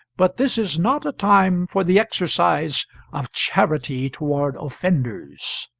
but this is not a time for the exercise of charity toward offenders.